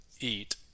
eat